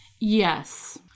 yes